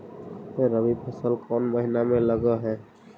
रबी फसल कोन महिना में लग है?